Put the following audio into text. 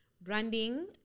branding